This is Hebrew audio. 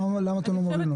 למה אתם לא מביאים לנו?